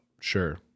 Sure